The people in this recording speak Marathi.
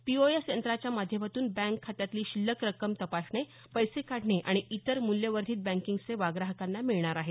पीओएस यंत्राच्या माध्यमातून बँक खात्यातली शिल्लक रक्कम तपासणे पैसे काढणे आणि इतर मूल्यवर्धित बँकींग सेवा ग्राहकांना मिळणार आहेत